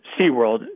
SeaWorld